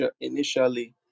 initially